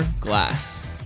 glass